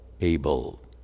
Abel